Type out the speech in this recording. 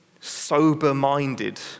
sober-minded